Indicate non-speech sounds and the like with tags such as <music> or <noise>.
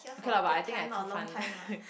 okay la but I think I too fun <laughs>